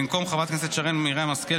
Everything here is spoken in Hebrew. במקום חברת הכנסת שרן מרים השכל,